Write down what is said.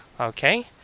Okay